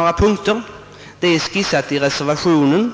har framlagts i reservationen.